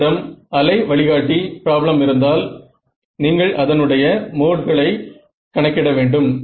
உங்களிடம் அலை வழிகாட்டி பிராப்ளம் இருந்தால் நீங்கள் அதனுடைய மோட்களை கணக்கிட வேண்டும்